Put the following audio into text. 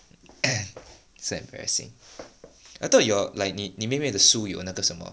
so embarassing I thought your like 你妹妹的书有那个什么